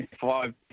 five